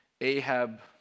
Ahab